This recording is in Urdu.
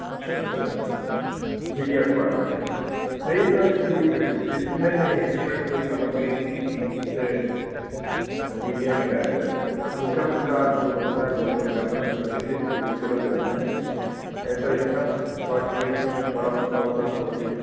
اچھا اچھا اچھا سر میڈیا سے بات کر رہے ہیں نہیں سر اتنی بڑی نہیں نہیں نہیں اتنی بڑی کوئی خبر نہیں تھی کہ اسے میڈیا میں لایا جائے ہلکا پھلکا جو ہوتا ہے محلے میں آپس میں لڑکے کھیلتے کودتے لڑ جاتے ہیں ایسا ہی تھا باقی اگر کچھ بڑا مسئلہ ہوتا تو پھر